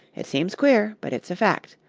it seems queer, but it's a fact.